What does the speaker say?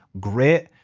grit,